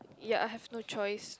ya I have no choice